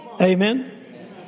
Amen